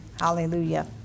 Hallelujah